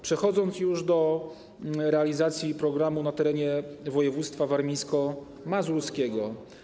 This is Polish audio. Przechodzę już do realizacji programu na terenie województwa warmińsko-mazurskiego.